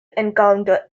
encounter